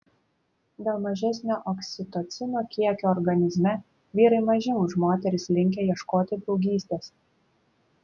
dėl mažesnio oksitocino kiekio organizme vyrai mažiau už moteris linkę ieškoti draugystės